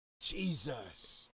Jesus